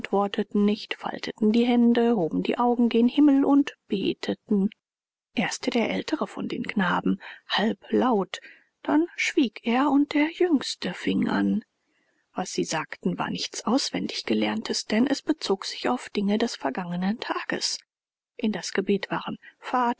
antworteten nicht falteten die hände hoben die augen gen himmel und beteten erst der älteste von den knaben halblaut dann schwieg er und der jüngste fing an was sie sagten war nichts auswendiggelerntes denn es bezog sich auf dinge des vergangenen tages in das gebet waren